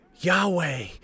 Yahweh